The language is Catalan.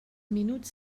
minuts